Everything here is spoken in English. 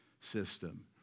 system